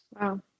Wow